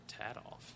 Tadoff